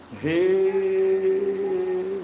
Hey